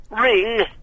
ring